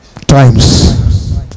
times